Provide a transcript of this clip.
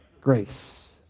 grace